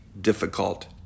difficult